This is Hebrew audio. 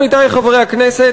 עמיתי חברי הכנסת,